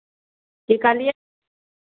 की कहलियै